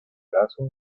raso